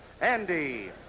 Andy